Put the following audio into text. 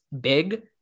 big